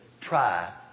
try